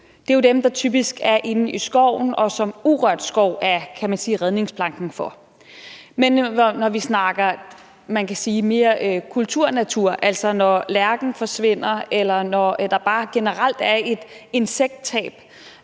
som er truet, typisk er inde i skoven, og som urørt skov er, kan man sige, redningsplanken for. Men når vi snakker, man kan sige, mere kulturnatur, altså når lærken forsvinder, eller når der bare generelt er et insekttab